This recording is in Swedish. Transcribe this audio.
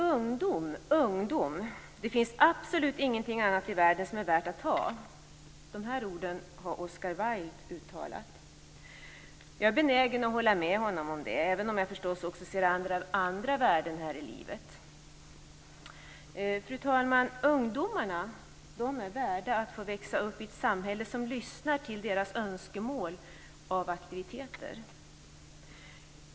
"Ungdom! Ungdom! Det finns absolut ingenting annat i världen som är värt att ha!" Dessa ord har Oscar Wilde uttalat. Jag är benägen att hålla med honom, även om jag förstås också ser andra värden här i livet. Fru talman! Ungdomarna är värda att få växa upp i ett samhälle som lyssnar till deras önskemål om aktiviteter.